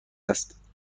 است